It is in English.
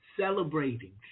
celebrating